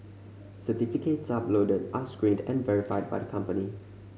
certificates uploaded are screened and verified by the company